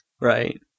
right